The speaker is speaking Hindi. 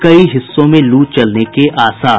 कई हिस्सों में लू चलने के आसार